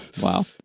wow